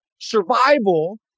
Survival